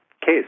case